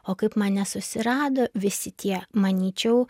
o kaip mane susirado visi tie manyčiau